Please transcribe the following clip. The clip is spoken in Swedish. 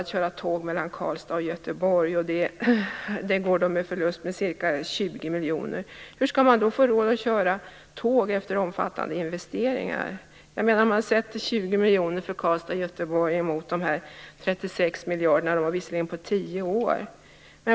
Karlstad och Göteborg - linjen går med ca 20 miljoner kronor i förlust. Hur skall man då få råd att köra tåg efter omfattande investeringar? Man kan sätta de miljarderna, som visserligen gäller tio år.